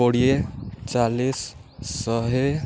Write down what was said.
କୋଡ଼ିଏ ଚାଳିଶ ଶହେ